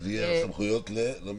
שזה יהיה הסמכויות למה?